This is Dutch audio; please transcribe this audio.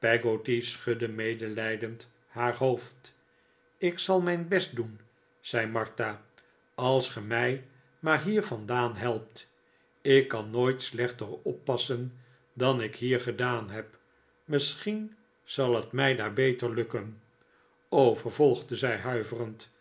schudde medelijdend haar hoofd ik zal mijn best doen zei martha als ge mij maar hier vandaan helpt ik kan nooit slechter oppassen dan ik hier gedaan heb misschien zal het mij daar beter lukken o vervolgde zij huiverend